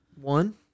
One